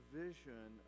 vision